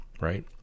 right